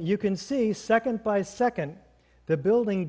you can see second by second the building